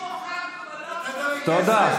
שוחד, תודה.